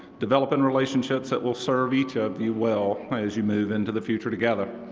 developing relationships that will serve each of you well as you move into the future together.